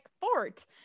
fort